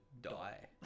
Die